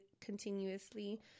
continuously